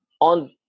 on